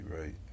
right